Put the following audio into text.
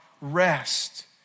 rest